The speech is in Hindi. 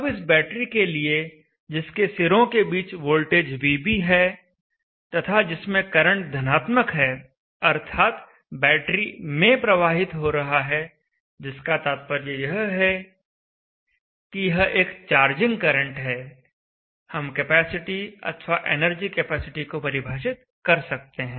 अब इस बैटरी के लिए जिसके सिरों के बीच वोल्टेज vb है तथा जिसमें करंट धनात्मक है अर्थात् बैटरी में प्रवाहित हो रहा है जिसका तात्पर्य यह है कि यह एक चार्जिंग करंट है हम कैपेसिटी अथवा एनर्जी कैपेसिटी को परिभाषित कर सकते हैं